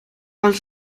els